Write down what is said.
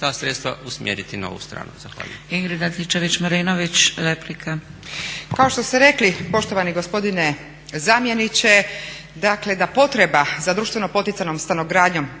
ta sredstva usmjeriti na ovu stranu.